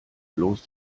bloß